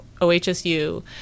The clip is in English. OHSU